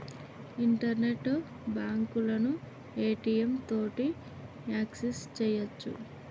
internet బాంకులను ATM తోటి access సెయ్యొచ్చు